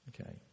Okay